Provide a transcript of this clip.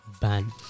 ban